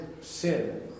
sin